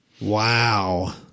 Wow